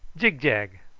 jig jag.